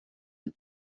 and